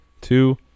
Two